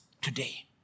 today